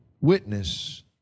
witness